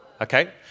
Okay